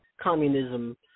communism